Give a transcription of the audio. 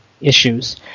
issues